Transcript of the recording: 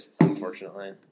Unfortunately